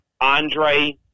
Andre